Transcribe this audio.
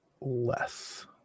Less